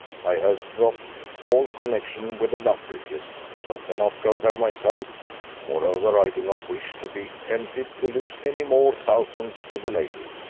i have dropped all connexion with the luttridges so cannot go there myself moreover, i do not wish to be tempted to lose any more thousands to the lady.